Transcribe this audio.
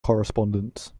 correspondence